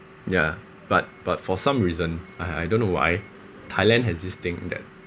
ya but but for some reason I I don't know why thailand has this thing that